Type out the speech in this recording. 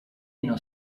non